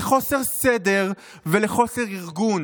לחוסר סדר ולחוסר ארגון,